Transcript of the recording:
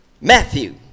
Matthew